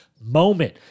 moment